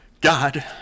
God